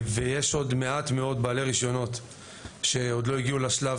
ויש עוד מעט מאוד בעלי רישיונות שעוד לא הגיעו לשלב